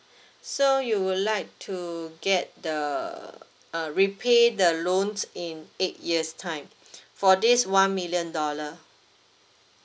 so you would like to get the uh repay the loan in eight years time for this one million dollar